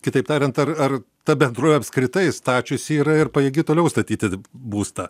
kitaip tariant ar ar ta bendrovė apskritai stačiusi yra ir pajėgi toliau statyti būstą